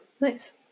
nice